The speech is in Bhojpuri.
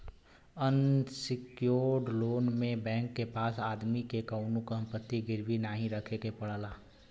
अनसिक्योर्ड लोन में बैंक के पास आदमी के कउनो संपत्ति गिरवी नाहीं रखे के पड़ला